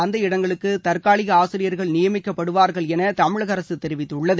அந்த இடங்களுக்கு தற்காலிக ஆசிரியர்கள் நியமிக்கப்படுவார்கள் என தமிழக அரசு தெரிவித்துள்ளது